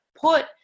put